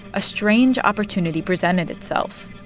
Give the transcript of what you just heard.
a strange opportunity presented itself.